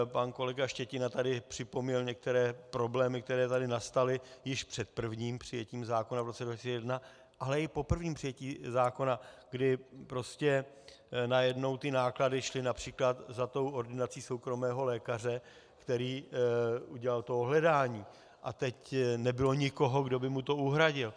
Pan kolega Štětina tady připomněl některé problémy, které tady nastaly již před prvním přijetím zákona v roce 2001, ale i po prvním přijetí zákona, kdy prostě najednou ty náklady šly např. za tou ordinací soukromého lékaře, který udělal to ohledání, a teď nebylo nikoho, kdo by mu to uhradil.